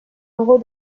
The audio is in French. euros